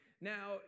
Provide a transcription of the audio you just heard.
Now